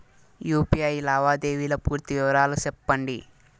UPI లావాదేవీల పూర్తి వివరాలు సెప్పండి?